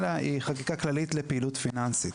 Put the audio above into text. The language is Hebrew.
אלא היא חקיקה כללית לפעילות פיננסית.